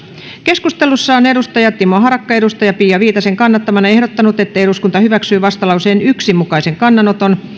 keskustelussa timo harakka on pia viitasen kannattamana ehdottanut että eduskunta hyväksyy vastalauseen yhden mukaisen kannanoton